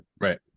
Right